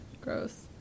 Gross